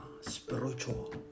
spiritual